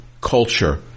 culture